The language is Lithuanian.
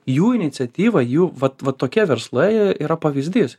jų iniciatyva jų vat vat tokie verslai yra pavyzdys